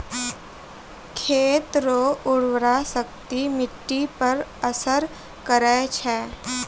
खेत रो उर्वराशक्ति मिट्टी पर असर करै छै